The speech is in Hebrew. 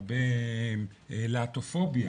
הרבה להטופוביה